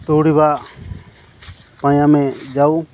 ଦୌଡ଼ିବା ପାଇଁ ଆମେ ଯାଉ